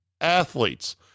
athletes